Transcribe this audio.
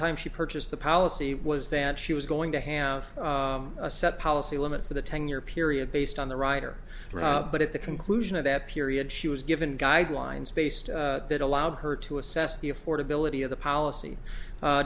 time she purchased the policy was that she was going to have a set policy limit for the ten year period based on the rider but at the conclusion of that period she was given guidelines based that allowed her to assess the affordability of the policy